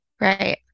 Right